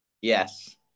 Yes